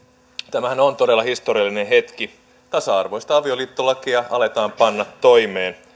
tämähän on todella historiallinen hetki tasa arvoista avioliittolakia aletaan panna toimeen